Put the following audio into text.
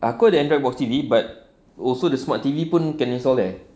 aku ada Android box T_V but also the smart T_V pun can install there